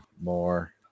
More